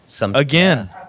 again